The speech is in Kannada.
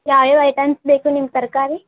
ಯಾವ್ಯಾವ ಐಟಮ್ಸ್ ಬೇಕು ನಿಮ್ಗೆ ತರಕಾರಿ